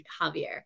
Javier